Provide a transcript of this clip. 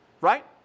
right